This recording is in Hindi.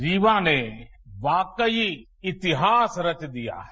रीवा ने वाकई इतिहास रच दिया है